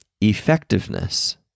effectiveness